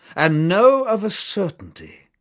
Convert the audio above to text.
and know of a certainty,